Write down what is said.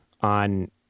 on